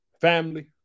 family